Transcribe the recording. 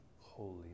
holy